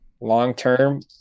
long-term